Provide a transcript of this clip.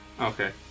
Okay